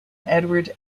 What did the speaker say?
edward